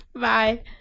Bye